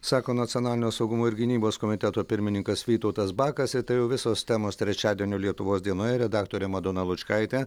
sako nacionalinio saugumo ir gynybos komiteto pirmininkas vytautas bakas tai jau visos temos trečiadienio lietuvos dienoje redaktorė madona lučkaitė